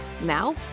Now